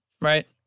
right